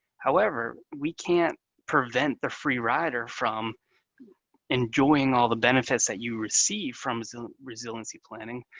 however, we can't prevent the free rider from enjoying all the benefits that you receive from resiliency planning,